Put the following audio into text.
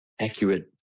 accurate